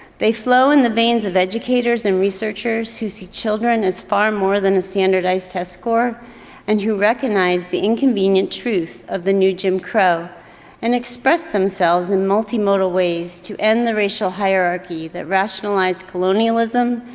they flow in the veins of educators and researchers who see children is far more than a standardized test score and who recognize the inconvenient truth of the new jim crow and expressed themselves in multimodal ways to end the racial hierarchy that rationalized colonialism,